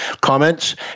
comments